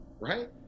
right